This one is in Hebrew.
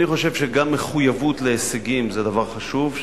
אני חושב שגם מחויבות להישגים זה דבר חשוב,